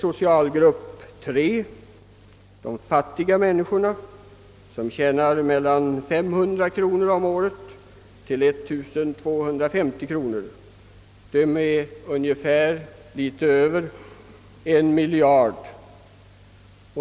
Socialgrupp 3 utgöres av de fattiga människorna, som tjänar mellan 500 och 1250 kronor om året; de är litet över 1 miljard till antalet.